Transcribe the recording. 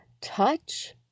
touch